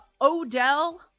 Odell